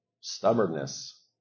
Stubbornness